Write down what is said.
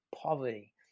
poverty